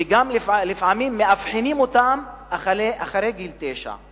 ולפעמים גם מאבחנים אותן אחרי גיל תשע.